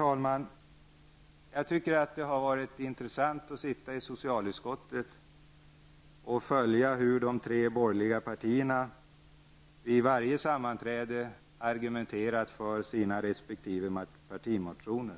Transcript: Till sist: Jag tycker att det har varit intressant att sitta i socialutskottet och följa hur de tre borgerliga partierna vid varje sammanträde argumenterat för sina resp. partimotioner.